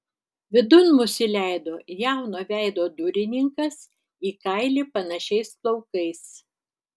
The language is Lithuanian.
vidun mus įleido jauno veido durininkas į kailį panašiais plaukais